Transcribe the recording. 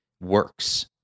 works